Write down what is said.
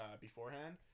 beforehand